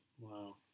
Wow